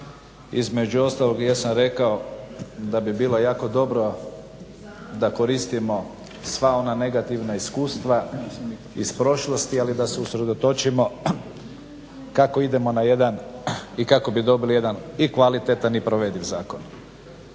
između ostalog ja sam rekao da bi bilo jako dobro da koristimo sva ona negativna iskustva iz prošlosti, ali da se usredotočimo kako idemo na jedan i kako bi dobili jedan i kvalitetan i provediv zakon.